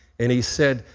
and he said,